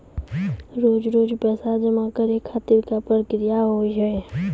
रोज रोज पैसा जमा करे खातिर का प्रक्रिया होव हेय?